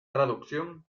traducción